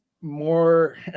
more